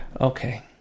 Okay